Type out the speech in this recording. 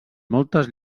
moltes